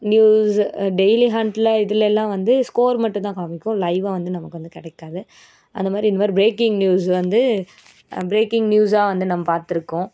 news daily ஹண்ட்டில் இதுலெல்லாம் வந்து ஸ்கோர் மட்டுந்தான் காமிக்கும் லைவாக வந்து நமக்கு வந்து கிடைக்காது அதுமாதிரி இந்தமாதிரி ப்ரேக்கிங் நியூஸு வந்து ப்ரேக்கிங் நியூஸாக வந்து நம்ம பார்த்துருக்கோம்